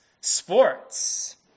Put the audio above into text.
sports